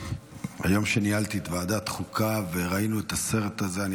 היום כשניהלתי את ועדת החוקה וראינו את הסרט הזה של התצפיתניות,